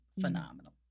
phenomenal